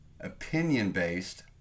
Opinion-based